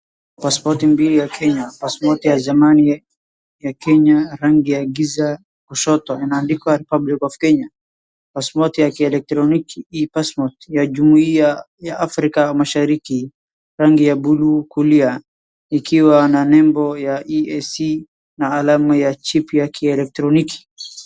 Pasipoti mbili ya Kenya. Pasipoti ya zamani ya Kenya ya rangi ya giza kushoto inaandikwa Republic of Kenya . Pasipoti ya kielektroniki. Hii passport ya Jumuiya ya Africa mashariki rangi ya buluu kwa kulia ikiwa na nembo ya EAC ya alama ya chip ya kielektroniki.